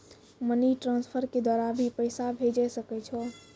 Money transfer के द्वारा भी पैसा भेजै सकै छौ?